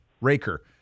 Raker